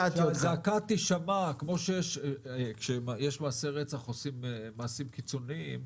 כמו שכשיש מעשי רצח עושים מעשים קיצוניים,